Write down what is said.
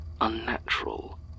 unnatural